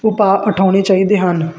ਉਪਾਅ ਉਠਾਉਣੇ ਚਾਹੀਦੇ ਹਨ